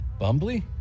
Bumbly